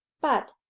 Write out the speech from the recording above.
but,